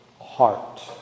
heart